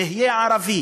תהיה ערבי